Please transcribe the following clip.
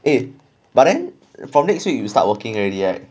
eh but then from next week you start working already right